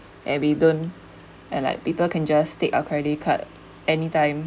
and we don't and like people can just take our credit card anytime